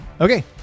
Okay